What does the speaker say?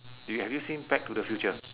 do you have you seen back to the future